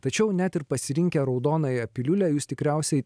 tačiau net ir pasirinkę raudonąją piliulę jūs tikriausiai